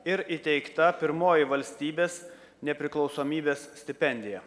ir įteikta pirmoji valstybės nepriklausomybės stipendija